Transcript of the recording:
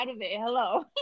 Hello